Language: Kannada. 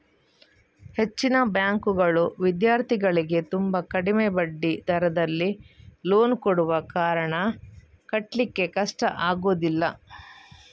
ಹೆಚ್ಚಿನ ಬ್ಯಾಂಕುಗಳು ವಿದ್ಯಾರ್ಥಿಗಳಿಗೆ ತುಂಬಾ ಕಡಿಮೆ ಬಡ್ಡಿ ದರದಲ್ಲಿ ಲೋನ್ ಕೊಡುವ ಕಾರಣ ಕಟ್ಲಿಕ್ಕೆ ಕಷ್ಟ ಆಗುದಿಲ್ಲ